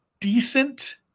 decent